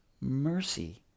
mercy